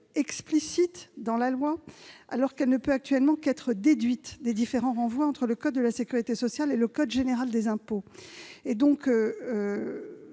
indiquée dans la loi, alors qu'elle ne peut actuellement qu'être déduite des différents renvois entre le code de la sécurité sociale et le code général des impôts. Il